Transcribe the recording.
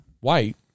white